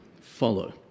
Follow